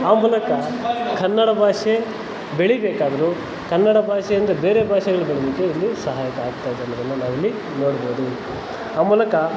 ಆ ಮೂಲಕ ಕನ್ನಡ ಭಾಷೆ ಬೆಳಿಬೇಕಾದ್ರೂ ಕನ್ನಡ ಭಾಷೆಯಿಂದ ಬೇರೆ ಭಾಷೆಗಳು ಬೆಳೆಯೋದಕ್ಕೆ ಇಲ್ಲಿ ಸಹಾಯಕ ಆಗ್ತಾಯಿದೆ ಅನ್ನೋದನ್ನ ನಾವಿಲ್ಲಿ ನೋಡ್ಬೋದು ಆ ಮೂಲಕ